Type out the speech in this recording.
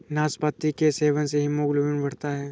नाशपाती के सेवन से हीमोग्लोबिन बढ़ता है